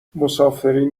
مسافرین